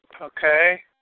Okay